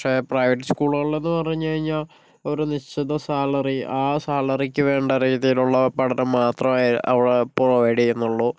പക്ഷേ പ്രൈവറ്റ് സ്കൂളുകളിൽന്ന് പറഞ്ഞു കഴിഞ്ഞാൽ ഒരു നിശ്ചിത സാലറി ആ സാലറിക്ക് വേണ്ട രീതിയിലുള്ള പഠനം മാത്രമേ അവിടെ പ്രൊവൈഡ് ചെയ്യുന്നുള്ളൂ